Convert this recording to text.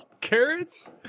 carrots